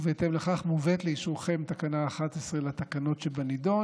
ובהתאם לכך מובאת לאישורכם תקנה 11 לתקנות שבנדון.